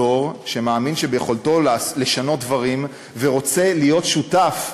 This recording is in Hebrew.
דור שמאמין שביכולתו לשנות דברים ורוצה להיות שותף,